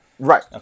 Right